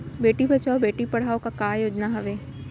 बेटी बचाओ बेटी पढ़ाओ का योजना हवे?